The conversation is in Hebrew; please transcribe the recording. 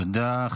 תודה.